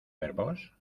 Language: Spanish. verbos